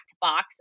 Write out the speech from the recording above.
box